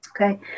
Okay